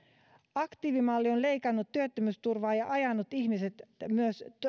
aktiivimalli on leikannut työttömyysturvaa ja ajanut ihmiset myös